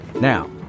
Now